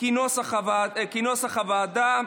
כנוסח הוועדה.